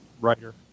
writer